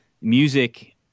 Music